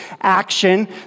action